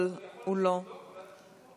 אבל הוא לא טוב,